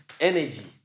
energy